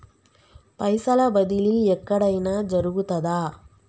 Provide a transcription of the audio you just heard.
పైసల బదిలీ ఎక్కడయిన జరుగుతదా?